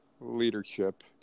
Leadership